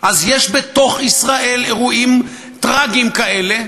אז יש בתוך ישראל אירועים טרגיים כאלה,